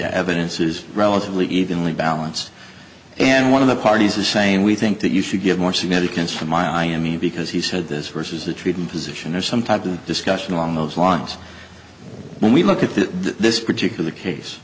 evidence is relatively evenly balanced and one of the parties is saying we think that you should give more significance to miami because he said this versus the treatment position or some type of discussion along those lines when we look at the this particular case